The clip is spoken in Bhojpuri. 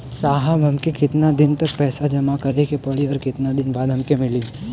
साहब हमके कितना दिन तक पैसा जमा करे के पड़ी और कितना दिन बाद हमके मिली?